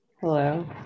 Hello